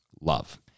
love